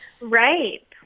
Right